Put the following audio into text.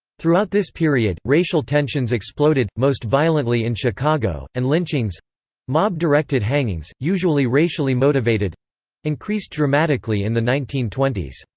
throughout this period, racial tensions exploded, most violently in chicago, and lynchings mob-directed hangings, usually racially motivated increased dramatically in the nineteen twenty s.